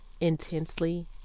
intensely